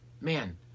Man